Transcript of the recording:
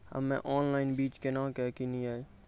हम्मे ऑनलाइन बीज केना के किनयैय?